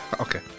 okay